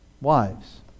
wives